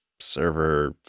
server